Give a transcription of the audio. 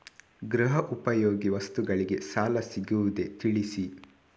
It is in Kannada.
ಗೃಹ ಉಪಯೋಗಿ ವಸ್ತುಗಳಿಗೆ ಸಾಲ ಸಿಗುವುದೇ ತಿಳಿಸಿ?